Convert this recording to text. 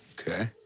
ok.